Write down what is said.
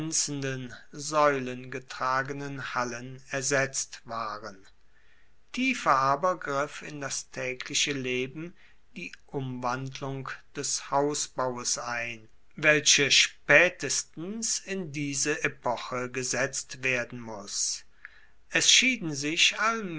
saeulengetragenen hallen ersetzt waren tiefer aber griff in das taegliche leben die umwandlung des hausbaues ein welche spaetestens in diese epoche gesetzt werden muss es schieden sich